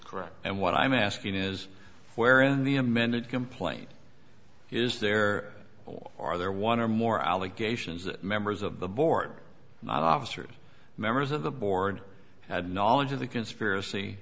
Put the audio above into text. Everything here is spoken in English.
correct and what i'm asking is where in the amended complaint is there or are there one or more allegations that members of the board not officer members of the board had knowledge of the conspiracy